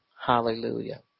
Hallelujah